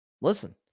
Listen